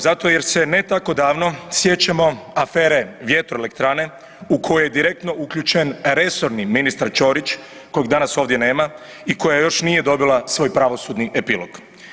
Zato jer se ne tako davno sjećamo afere vjetroelektrane u koje je direktno uključen resorni ministar Ćorić kojeg danas ovdje nema i koja još nije dobila svoj pravosudni epilog.